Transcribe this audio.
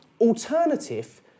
Alternative